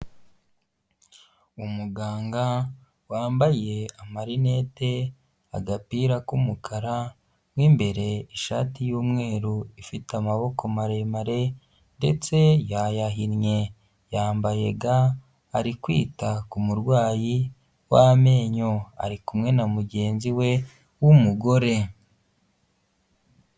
Umuganga wambaye amarinete, agapira k'umukara, mo imbere ishati y'umweru ifite amaboko maremare ndetse yayahinnye, yambaye ga, ari kwita ku murwayi w'amenyo, ari kumwe na mugenzi we w'umugore.